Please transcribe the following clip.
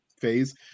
phase